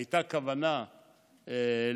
הייתה כוונה להגביל,